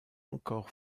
encore